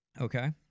Okay